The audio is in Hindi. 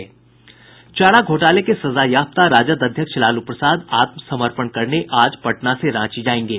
चारा घोटाले के सजायाफ्ता राजद अध्यक्ष लालू प्रसाद आत्मसमर्पण करने आज पटना से रांची जायेगे